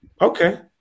okay